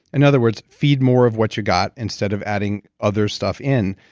and other words, feed more of what you got instead of adding other stuff in,